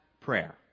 prayer